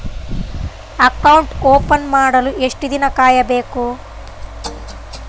Account open ಮಾಡಲು ಎಷ್ಟು ದಿನ ಕಾಯಬೇಕು?